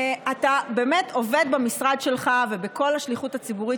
אתה עובד במשרד שלך ובכל השליחות הציבורית